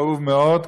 כאוב מאוד,